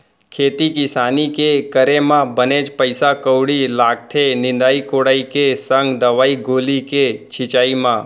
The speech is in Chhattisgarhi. खेती किसानी के करे म बनेच पइसा कउड़ी लागथे निंदई कोड़ई के संग दवई गोली के छिंचाई म